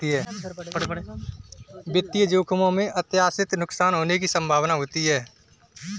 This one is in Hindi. वित्तीय जोखिमों में अप्रत्याशित नुकसान होने की संभावना होती है